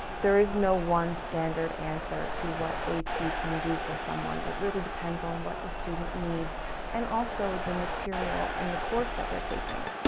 there is no one standard answer to what at can do for someone. it really depends on what the student needs and also the material and the course that they're taking.